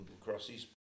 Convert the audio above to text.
crosses